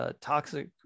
toxic